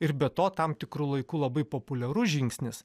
ir be to tam tikru laiku labai populiarus žingsnis